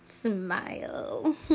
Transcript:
smile